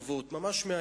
אבל ממש עם שמות וכתובות,